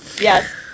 Yes